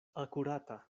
akurata